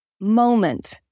moment